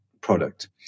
product